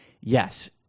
yes